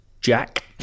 jack